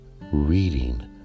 reading